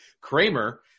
Kramer